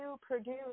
produce